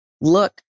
look